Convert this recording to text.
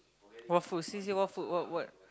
what food see see what food what what